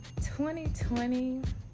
2020